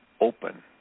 open